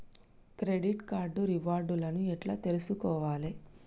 Credit card reward లను ఎట్ల తెలుసుకోవాలే?